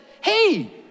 hey